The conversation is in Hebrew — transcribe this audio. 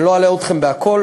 לא אלאה אתכם בכול.